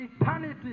Eternity